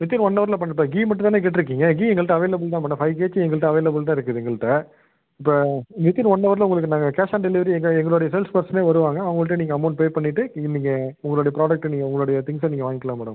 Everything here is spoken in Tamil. வித்தின் ஒன்னவரில் பண்ணிட்டு கீ மட்டும்தானே கேட்டிருக்கீங்க கீ எங்கள்கிட்ட அவைலபுள் தான் மேடம் ஃபைவ் கேஜி எங்கள்கிட்ட அவைலபுள் தான் இருக்குது எங்கள்கிட்ட இப்போ வித்தின் ஒன்னவரில் உங்களுக்கு நாங்கள் கேஷ் ஆன் டெலிவரி எங்கள் எங்களோடைய சேல்ஸ் பர்சனே வருவாங்க அவங்கள்ட்டேயே நீங்கள் அமௌண்ட் பே பண்ணிட்டு கீ நீங்கள் உங்களுடைய ப்ராடெக்ட்டை நீங்கள் உங்களுடைய திங்க்ஸை நீங்கள் வாங்கிக்கலாம் மேடம்